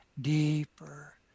deeper